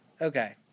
Okay